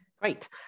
Great